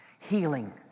Healing